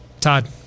Todd